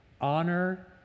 Honor